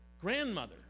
grandmother